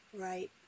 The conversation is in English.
Right